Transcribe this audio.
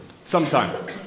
Sometime